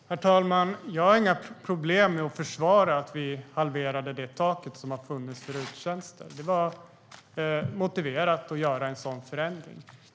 STYLEREF Kantrubrik \* MERGEFORMAT InkomstskattHerr talman! Jag har inga problem med att försvara att vi halverade det tak som har funnits för RUT-tjänster. Det var motiverat att göra en sådan förändring.